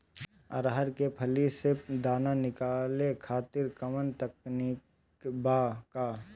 अरहर के फली से दाना निकाले खातिर कवन तकनीक बा का?